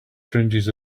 fringes